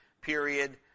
period